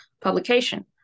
publication